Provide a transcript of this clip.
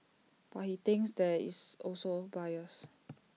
but he thinks there is also bias